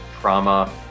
trauma